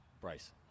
Bryce